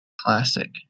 Classic